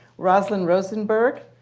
rosalind rosenberg,